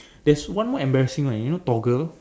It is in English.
there's one more embarrassing one you know Toggle